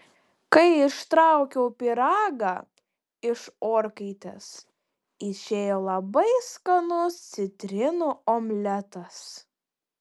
kai ištraukiau pyragą iš orkaitės išėjo labai skanus citrinų omletas